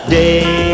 day